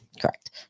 Correct